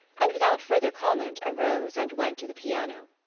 and without further comment arose and went to the piano.